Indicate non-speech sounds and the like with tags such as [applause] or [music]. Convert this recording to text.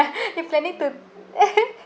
you planning to [laughs]